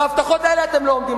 בהבטחות האלה אתם לא עומדים.